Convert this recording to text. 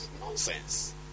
Nonsense